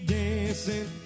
dancing